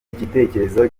gitekerezo